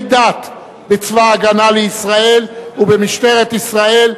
דת בצבא-הגנה לישראל ובמשטרת ישראל.